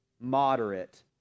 moderate